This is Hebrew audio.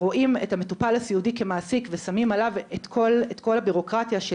רואים את המטופל הסיעודי כמעסיק ושמים עליו את כל הבירוקרטיה של